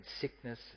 sickness